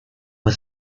was